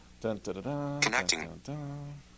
Connecting